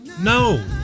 No